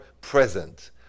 present